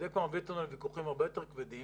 וזה כבר מביא אותנו לוויכוחים הרבה יותר כבדים.